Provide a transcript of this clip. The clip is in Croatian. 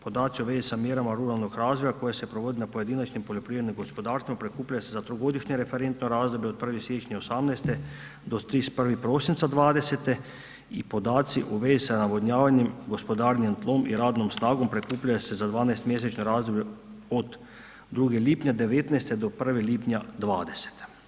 Podaci o vezi sa mjerama ruralnog razvoja koje se provodi na pojedinačnim poljoprivrednim gospodarstvima prikupljaju se za trogodišnje referentno razdoblje od 1. siječnja 2018. do 31. prosinca 2020. i podaci u vezi sa navodnjavanje, gospodarenjem tlom i radnom snagom prikupljaju se 12-mjesečno razdoblje od 2. lipnja 2019. do 1. lipnja 2020.